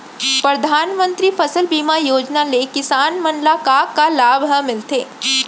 परधानमंतरी फसल बीमा योजना ले किसान मन ला का का लाभ ह मिलथे?